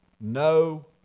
no